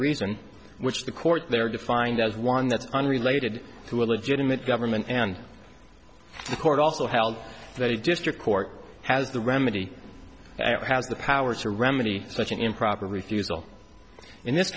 reason which the court there defined as one that's unrelated to a legitimate government and the court also held very district court has the remedy has the power to remedy such an improper refusal in this